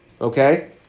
Okay